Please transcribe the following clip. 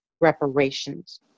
reparations